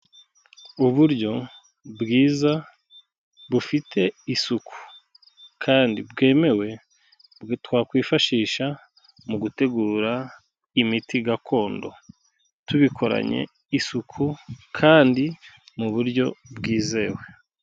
Uburyo bwiza bufite isuku kandi bwemewe twakwifashisha mu gutegura imiti gakondo tubikoranye isuku kandi mu buryo bwizewe.